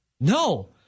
no